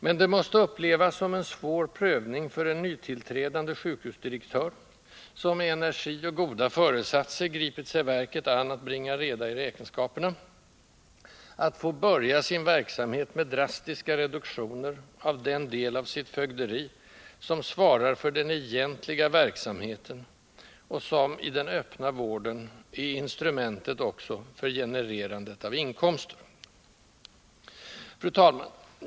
Men det måste upplevas som en svår prövning för en nytillträdande sjukhusdirektör, som med energi och goda föresatser gripit sig verket an att bringa reda i räkenskaperna, att få börja sin verksamhet med drastiska reduktioner av den del av sitt fögderi som svarar för den egentliga verksamheten och som —i den öppna vården — är instrumentet också för genererandet av inkomster. Fru talman!